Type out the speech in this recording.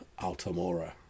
Altamora